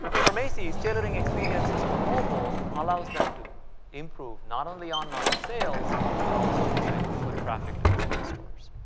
for macy's, tail oring experiences for mobile allows them to improve not only online sales but also drive foot traffic to physical stores.